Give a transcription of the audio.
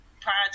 prior